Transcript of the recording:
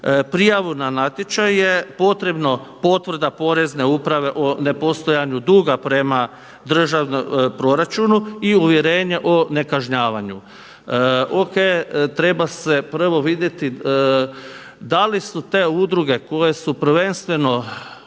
prijavu na natječaj je potrebno potvrda porezne uprave o nepostojanju duga prema proračunu i uvjerenje o nekažnjavanju. O.K, treba prvo vidjeti da li su te udruge koje su prvenstveno,